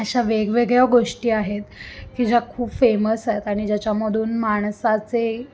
अशा वेगवेगळ्या गोष्टी आहेत की ज्या खूप फेमस आहेत आणि ज्याच्यामधून माणसाचे